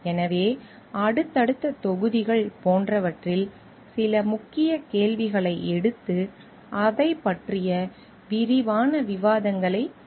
எனவே அடுத்தடுத்த தொகுதிகள் போன்றவற்றில் சில முக்கிய கேள்விகளை எடுத்து அதைப் பற்றிய விரிவான விவாதங்களைச் செய்யப் போகிறோம்